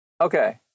okay